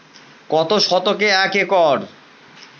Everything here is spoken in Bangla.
কত শতকে এক একর?